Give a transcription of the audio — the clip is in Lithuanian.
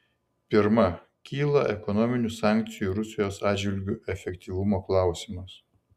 pirma kyla ekonominių sankcijų rusijos atžvilgiu efektyvumo klausimas